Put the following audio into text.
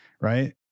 right